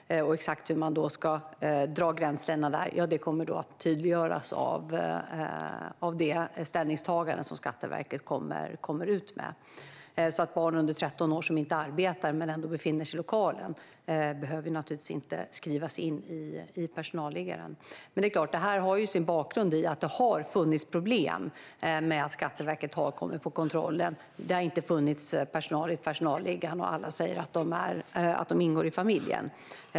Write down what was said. Exakt hur de gränserna ska dras kommer att tydliggöras av det ställningstagande som Skatteverket kommer att komma ut med. Barn under 13 år som inte arbetar men ändå befinner sig i lokalen behöver naturligtvis inte skrivas in i personalliggaren. Det här har sin bakgrund i att det har funnits problem när Skatteverket har kommit på kontroll och det inte har funnits personal inskriven i personalliggaren men alla säger att de ingår i familjen.